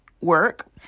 work